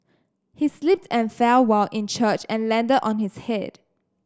he slipped and fell while in church and landed on his head